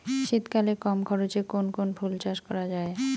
শীতকালে কম খরচে কোন কোন ফুল চাষ করা য়ায়?